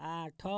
ଆଠ